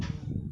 mm